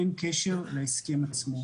אין קשר להסכם עצמו,